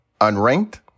Unranked